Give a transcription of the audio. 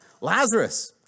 Lazarus